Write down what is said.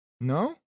No